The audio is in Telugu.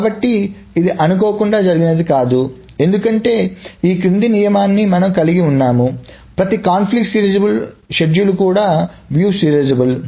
కాబట్టి ఇది అనుకోకుండా జరిగినది కాదు ఎందుకంటే ఈ కింది నియమాన్ని మనం కలిగి ఉన్నాము ప్రతి కాన్ఫ్లిక్ట్ సీరియలైజబుల్ షెడ్యూల్ కూడా వీక్షణ సీరియలైజబుల్